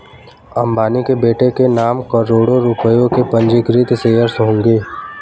अंबानी के बेटे के नाम करोड़ों रुपए के पंजीकृत शेयर्स होंगे